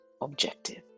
objective